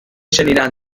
شنیدن